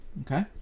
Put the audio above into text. Okay